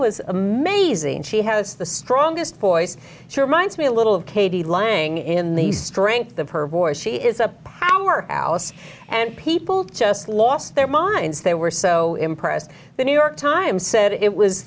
was amazing and she has the strongest voice sure minds me a little of katie lying in the strength of her voice she is a power house and people just lost their minds they were so impressed the new york times said it was